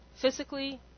physically